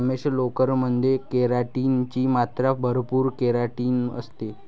रमेश, लोकर मध्ये केराटिन ची मात्रा भरपूर केराटिन असते